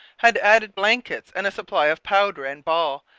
had added blankets and a supply of powder and ball,